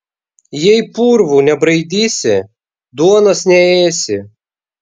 jei purvų nebraidysi duonos neėsi